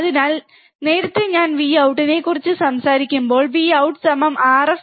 അതിനാൽ നേരത്തെ ഞാൻ Vout നെക്കുറിച്ച് സംസാരിക്കുമ്പോൾ Vout-RfRinVin GainVoutVin